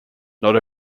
not